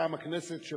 מטעם הכנסת,